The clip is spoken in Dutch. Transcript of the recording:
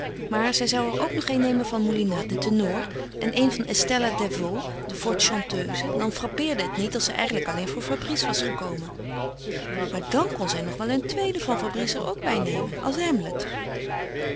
maar zij zou er ook nog een nemen van moulinat den tenor en een van estella desvaux de forte chanteuse dan frappeerde het niet dat zij eigenlijk alleen voor fabrice was gekomen maar dàn kon zij nog wel een tweede van fabrice er ook bij nemen als hamlet